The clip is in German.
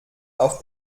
auf